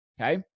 Okay